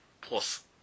Plus